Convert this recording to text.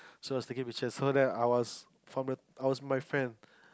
she was taking pictures so then I was from the I was with my friend